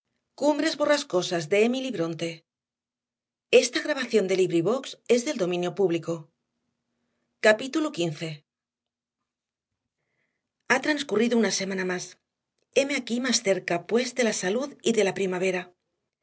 quince ha transcurrido una semana más heme aquí más cerca pues de la salud y de la primavera